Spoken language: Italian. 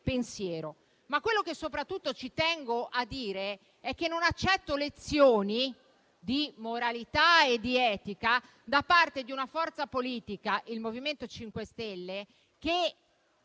pensiero. Quello che soprattutto ci tengo a dire è che non accetto lezioni di moralità e di etica da parte di una forza politica, il MoVimento 5 Stelle, che